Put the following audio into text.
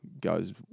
goes